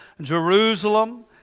Jerusalem